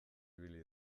ibili